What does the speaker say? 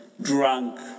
Drunk